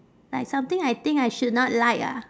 like something I think I should not like ah